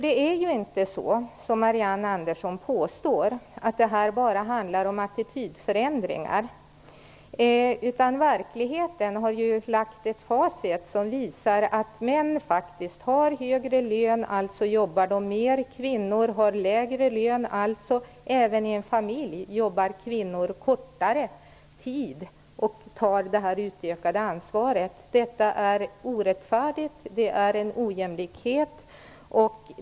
Det är inte så som Marianne Andersson påstår, att det bara handlar om attitydförändringar. Verkligheten har ju gett ett facit som visar att män faktisk har högre lön, alltså jobbar de mer. Kvinnor har lägre lön, alltså även i familj arbetar kvinnor kortare tid och tar ändå det utökade ansvaret. Detta är orättfärdigt. Det är en ojämlikhet.